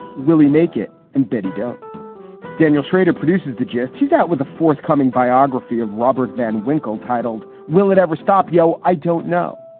will he make it? and betty. daniel shrader produces the gist. he's out with a forthcoming biography of robert van winkle titled will it ever stop? yo, i don't know.